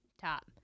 top